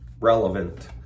relevant